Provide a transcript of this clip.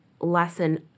lesson